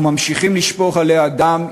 אנחנו ממשיכים לשפוך עליה דם,